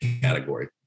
category